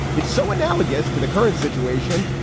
it's so analogous to the current situation.